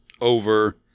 over